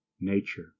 nature